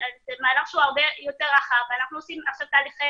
זה מהלך שהוא הרבה יותר רחב ואנחנו עושים עכשיו תהליכי